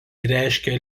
reiškia